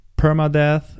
permadeath